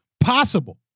possible